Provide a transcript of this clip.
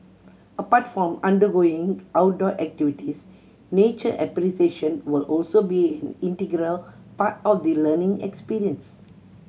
apart from undergoing outdoor activities nature appreciation will also be integral part of the learning experience